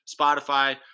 Spotify